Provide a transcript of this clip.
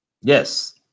Yes